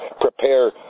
prepare